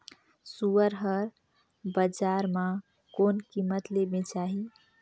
सुअर हर बजार मां कोन कीमत ले बेचाही?